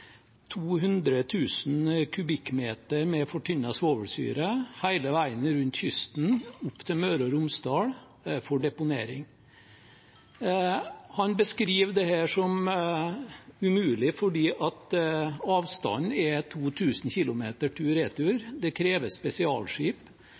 med fortynnet svovelsyre hele veien rundt kysten opp til Møre og Romsdal for deponering. Han beskriver dette som umulig fordi avstanden er 2 000 km